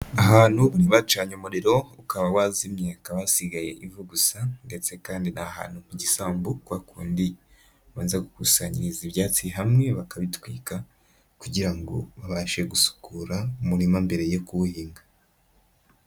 Ahantu bacanye umuriro ukaba wazimyeka hakaba hasigaye ivu gusa ndetse kandi ni ahantu mu gisambu kwa kundi ubanza gukusanyiriza ibyatsi hamwe bakabitwika kugira ngo babashe gusukura umurima mbere yo kuwuhinga.